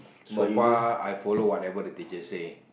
so far I follow whatever the teacher say